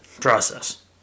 Process